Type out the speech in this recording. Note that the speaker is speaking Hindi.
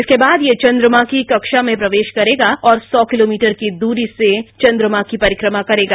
इसके बाद यह चंद्रमा की कक्षा में प्रवेश करेगा और सौ किलोमीटर की दूरी से चंद्रमा की परिक्रमा करेगा